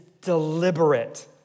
deliberate